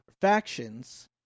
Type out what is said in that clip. factions